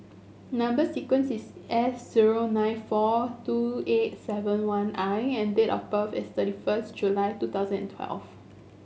number sequence is S zero nine four two eight seven one I and date of birth is thirty first July two thousand and twelve